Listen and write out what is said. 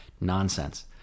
nonsense